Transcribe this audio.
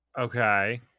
Okay